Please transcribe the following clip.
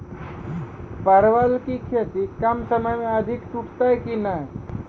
परवल की खेती कम समय मे अधिक टूटते की ने?